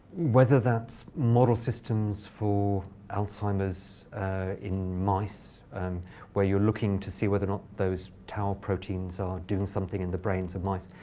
whether that's model systems for alzheimer's in mice where you're looking to see whether or not those tal proteins are doing something in the brains of mice.